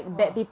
!wah!